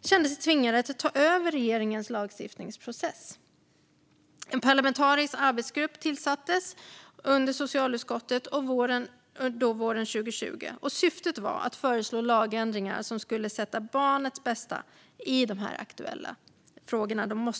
kände sig tvingade att ta över regeringens lagstiftningsprocess. En parlamentarisk arbetsgrupp tillsattes under socialutskottet våren 2020. Syftet var att föreslå lagändringar som skulle sätta barnets bästa främst i de här aktuella frågorna.